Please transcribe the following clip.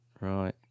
Right